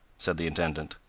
said the intendant.